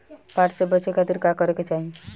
बाढ़ से बचे खातिर का करे के चाहीं?